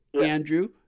Andrew